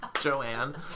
Joanne